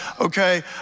Okay